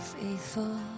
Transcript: faithful